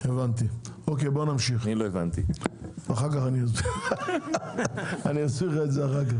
אני לא הבנתי אחר כך אני אסביר לך את זה.